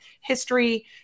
history